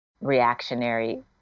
reactionary